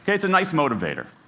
it's a nice motivator.